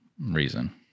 reason